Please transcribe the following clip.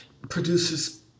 produces